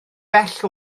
bell